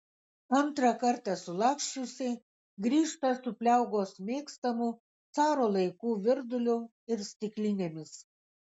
antrą kartą sulaksčiusi grįžta su pliaugos mėgstamu caro laikų virduliu ir stiklinėmis